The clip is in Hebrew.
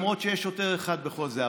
למרות שיש שוטר אחד בכל זה,